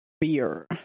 Beer